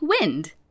wind